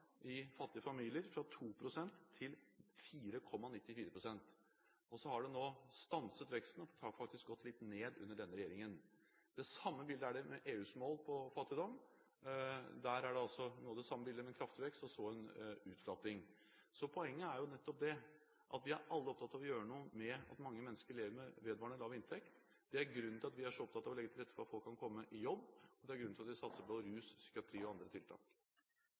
i fattige familier fra 2 pst. til 4,94 pst. Så har veksten nå stanset, den har faktisk gått litt ned under denne regjeringen. Det samme er det med EUs mål for fattigdom. Der er bildet noe av det samme, med kraftig vekst og så en utflating. Poenget er nettopp det at vi alle er opptatt av å gjøre noe med at mange mennesker lever med vedvarende lav inntekt. Det er grunnen til at vi er så opptatt av å legge til rette for at folk kan komme i jobb, og det er grunnen til at vi satser på rus- og psykiatritiltak – og på andre tiltak.